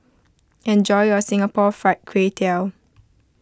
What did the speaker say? enjoy your Singapore Fried Kway Tiao